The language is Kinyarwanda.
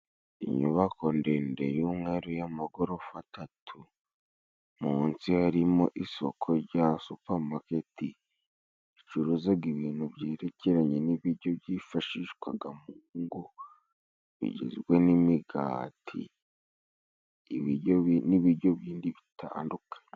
Inyubako ndende y'umweru y'amagorofa atatu, munsi harimo isoko rya suparmaketi ricuruzaga ibintu byerekeranye n'ibiryo byifashishwaga mu ngo bigizwe n'imigati n'ibiryo bindi bitandukanye.